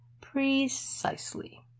precisely